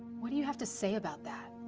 what do you have to say about that?